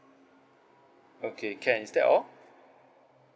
okay can is that all